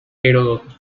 heródoto